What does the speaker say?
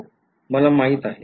हो मला माहित आहे